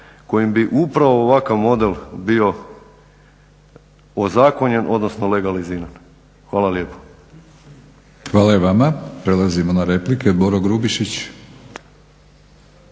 kojim bi upravo ovakav model bio ozakonjen odnosno legaliziran. Hvala lijepo. **Batinić, Milorad (HNS)** Hvala i vama. Prelazimo na replike. Boro Grubišić.